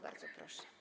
Bardzo proszę.